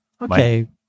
Okay